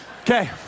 Okay